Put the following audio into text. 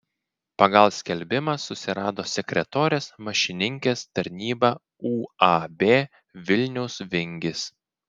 pagal skelbimą susirado sekretorės mašininkės tarnybą uab vilniaus vingis